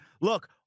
Look